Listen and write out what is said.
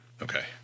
Okay